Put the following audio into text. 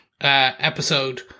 episode